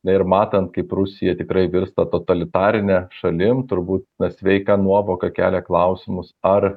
na ir matant kaip rusija tikrai virsta totalitarine šalim turbūt na sveika nuovoka kelia klausimus ar